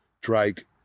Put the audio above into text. Drake